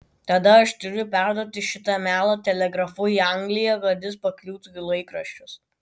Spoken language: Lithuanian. tada aš turiu perduoti šitą melą telegrafu į angliją kad jis pakliūtų į laikraščius